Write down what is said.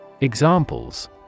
Examples